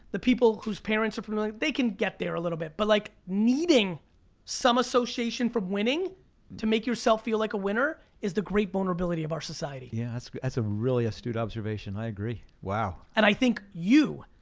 the people whose parents are familiar, they can get there a little bit but like needing some association from winning to make yourself feel like a winner, is the great vulnerability of our society. yeah that's that's a really astute observation, i agree, wow. and i think you,